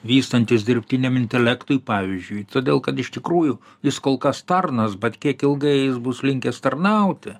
vystantis dirbtiniam intelektui pavyzdžiui todėl kad iš tikrųjų jis kol kas tarnas bet kiek ilgai jis bus linkęs tarnauti